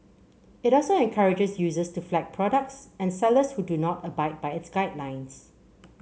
it also encourages users to flag products and sellers who do not abide by its guidelines